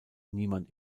niemand